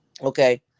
okay